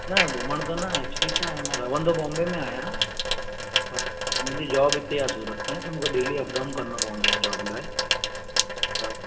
न घुमण त न एक्चुली छा आहे मां रहंदो बॉम्बे में आहियां पर मुंहिंजी जॉब हिते आहे सूरत में त मूंखे डेली अपडाउन करिणो पवंदो आहे जॉब लाइ त